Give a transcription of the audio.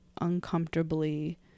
uncomfortably